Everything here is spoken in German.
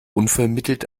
unvermittelt